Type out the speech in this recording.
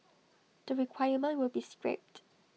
the requirement will be scrapped